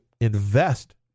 invest